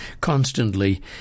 constantly